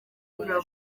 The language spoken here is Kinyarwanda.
bravo